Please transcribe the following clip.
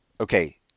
Okay